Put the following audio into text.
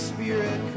Spirit